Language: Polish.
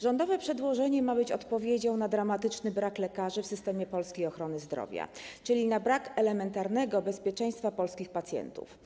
Rządowe przedłożenie ma być odpowiedzią na dramatyczny brak lekarzy w polskim systemie ochrony zdrowia, czyli na brak elementarnego bezpieczeństwa polskich pacjentów.